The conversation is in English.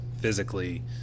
physically